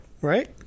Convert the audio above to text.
right